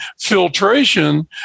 filtration